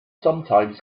sometimes